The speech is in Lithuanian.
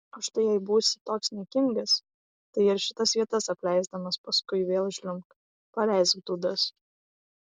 o štai jei būsi toks niekingas tai ir šitas vietas apleisdamas paskui vėl žliumbk paleisk dūdas